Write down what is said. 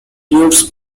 periods